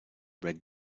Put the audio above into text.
red